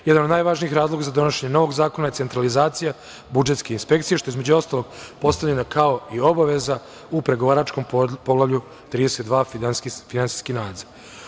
Jedan od najvažnijih razloga za donošenje novog zakona je centralizacija budžetske inspekcije, što između ostalog je postavljeno i kao obaveza u pregovaračkom Poglavlju 32 – finansijski nadzor.